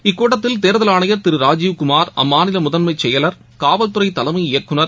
இக்கூட்டத்தில் தேர்தல் ஆணையர் திருராஜீவ் குமார் அம்மாநிலமுதன்மசெயலர் காவல்துறைதலைமை இயக்குநர்